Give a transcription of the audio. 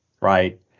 right